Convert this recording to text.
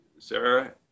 Sarah